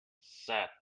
sad